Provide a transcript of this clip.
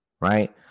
right